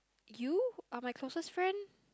you are my closer friend